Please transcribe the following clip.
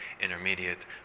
intermediate